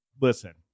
listen